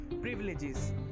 privileges